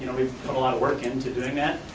and we've put a lot of work in to doing that,